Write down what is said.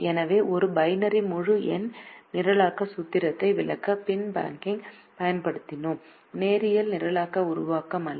எனவே ஒரு பைனரி முழு எண் நிரலாக்க சூத்திரத்தை விளக்க பின் பேக்கிங் கைப் பயன்படுத்தினோம் நேரியல் நிரலாக்க உருவாக்கம் அல்ல